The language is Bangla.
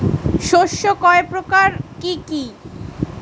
শস্য কয় প্রকার কি কি?